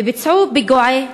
וביצעו פיגועי טרור,